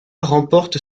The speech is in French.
remporte